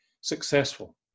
successful